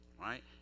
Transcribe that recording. right